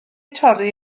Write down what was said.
torri